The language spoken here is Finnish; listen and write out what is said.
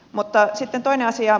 mutta sitten toinen asia